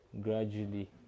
gradually